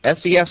SES